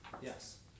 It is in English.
Yes